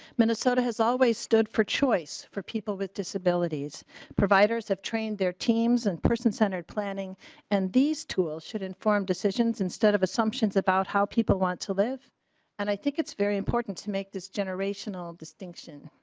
minnesota has always stood for choice for people with disabilities providers have trained their teams and person-centred planning and these tools should inform decisions instead of assumptions about how people want to thank and i think it's very important to make this generational distinction.